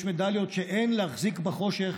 יש מדליות שאין להחזיק בחושך,